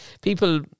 people